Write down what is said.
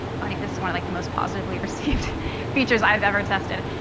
funny, this is one of like the most positively-received features i've ever tested.